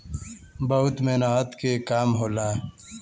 बहुत मेहनत के काम होला